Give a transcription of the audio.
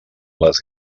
les